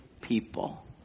people